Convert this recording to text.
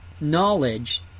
knowledge